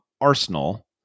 Arsenal